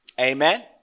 Amen